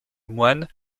moines